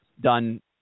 done